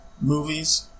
Movies